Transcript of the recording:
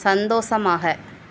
சந்தோஷமாக